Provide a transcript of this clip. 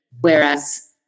whereas